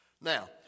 Now